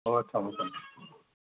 ꯍꯣꯏ ꯊꯝꯃꯣ ꯊꯝꯃꯣ